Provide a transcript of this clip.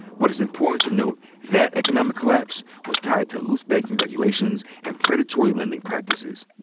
but it's important to note that economic collapse was tied to loose banking regulations and predatory lending practices.